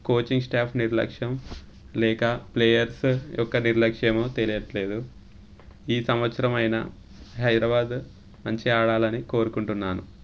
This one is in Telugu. కోచింగ్ స్టాఫ్ నిర్లక్ష్యం లేక ప్లేయర్స్ యొక్క నిర్లక్ష్యమో తెలియట్లేదు ఈ సంవత్సరం అయినా హైదరాబాద్ మంచిగా ఆడాలని కోరుకుంటున్నాను